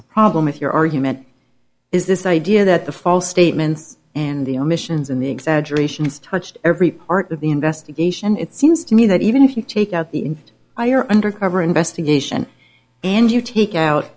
a problem with your argument is this idea that the false statements and the omissions in the exaggerations touched every part of the investigation it seems to me that even if you take out the info i are undercover investigation and you take out